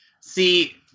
See